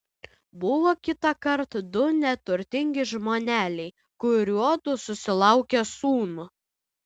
buvo kitąkart du neturtingi žmoneliai kuriuodu susilaukė sūnų